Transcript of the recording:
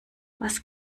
was